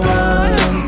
one